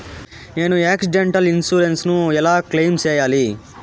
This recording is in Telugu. నేను ఆక్సిడెంటల్ ఇన్సూరెన్సు ను ఎలా క్లెయిమ్ సేయాలి?